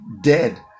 Dead